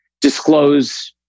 disclose